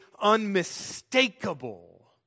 unmistakable